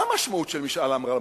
מה המשמעות של משאל עם על רמת-הגולן?